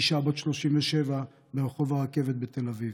אישה בת 37, ברחוב הרכבת בתל אביב.